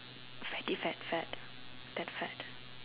fatty fad fad that fad